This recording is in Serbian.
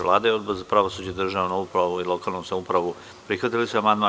Vlada i Odbor za pravosuđe, državnu upravu i lokalnu samoupravu prihvatili su amandman.